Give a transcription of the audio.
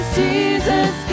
jesus